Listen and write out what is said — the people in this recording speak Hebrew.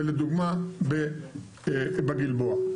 ולדוגמה בגלבוע.